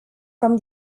from